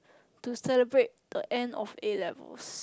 to celebrate the end of A-level